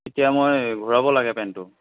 এতিয়া মই ঘূৰাব লাগে পেণ্টটো